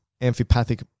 amphipathic